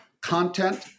content